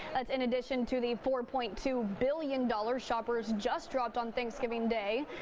that's in addition to the four-point two billion dollars shoppers just dropped on thanksgiving day.